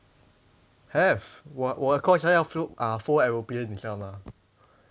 have 我我的 course 还要 fold uh fold aeroplane 你知道吗